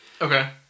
Okay